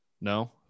No